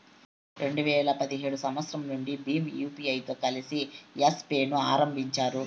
రెండు వేల పదిహేడు సంవచ్చరం నుండి భీమ్ యూపీఐతో కలిసి యెస్ పే ను ఆరంభించారు